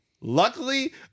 Luckily